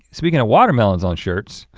speaking of watermelons on shirts.